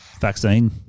vaccine